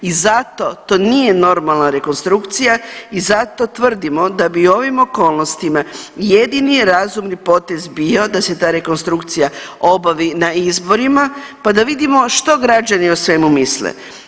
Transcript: I zato to nije normalna rekonstrukcija i zato tvrdimo da bi u ovom okolnostima jedini razumni potez bio da se ta rekonstrukcija obavi na izborima pa da vidimo što građani o svemu misle.